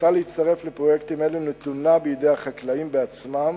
ההחלטה להצטרף לפרויקטים אלה נתונה בידי החקלאים בעצמם.